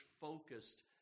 focused